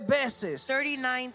39